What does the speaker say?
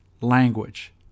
language